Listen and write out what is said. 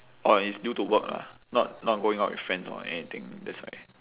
orh it's due to work lah not not going out with friends or anything that's why